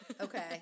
Okay